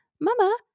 mama